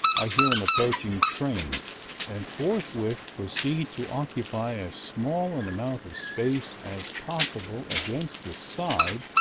i hear an approaching train and forthwith proceed to occupy as small an amount of space as possible against the side,